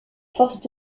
forces